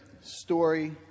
story